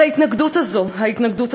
אז ההתנגדות הזאת, ההתנגדות